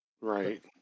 right